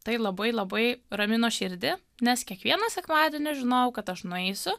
tai labai labai ramino širdį nes kiekvieną sekmadienį žinojau kad aš nueisiu